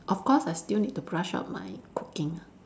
of course I still need to brush up my cooking ah